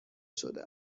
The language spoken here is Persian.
شده